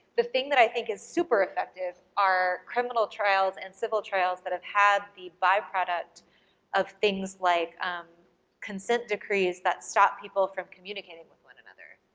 the thing that i think is super effective are criminal trials and civil trials that have had the byproduct of things like consent decrees that stop people from communicating with one another.